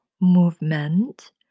movement